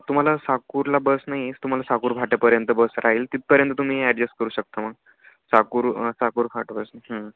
तुम्हाला साकूरला बस नाही तुम्हाला साकूर फाट्यापर्यंत बस राहील तिथपर्यंत तुम्ही ॲडजस् करू शकता मग साकूर साकूर फाट्यापासून